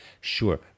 Sure